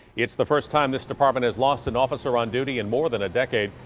it's the first time the department has lost an officer on duty in more than a decade.